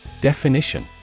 Definition